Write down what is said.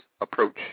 approach